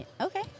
Okay